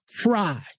cry